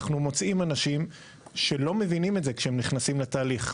אנחנו מוצאים אנשים שלא מבינים את זה כשהם נכנסים לתהליך.